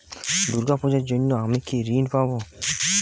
দুর্গা পুজোর জন্য কি আমি ঋণ পাবো?